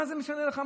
מה זה משנה לך?